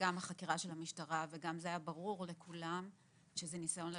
גם החקירה של המשטרה וגם זה היה ברור לכולם שזה ניסיון לרצח.